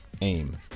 aim